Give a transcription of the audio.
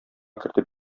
кертеп